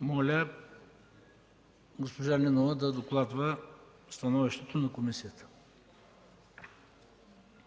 Моля госпожа Нинова да докладва становището на комисията.